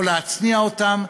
או להצניע אותם,